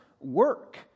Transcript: work